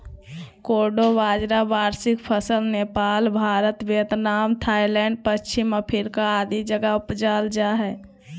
कोडो बाजरा वार्षिक फसल नेपाल, भारत, वियतनाम, थाईलैंड, पश्चिम अफ्रीका आदि जगह उपजाल जा हइ